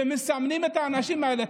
ומסמנים את האנשים האלה?